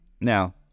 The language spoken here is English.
Now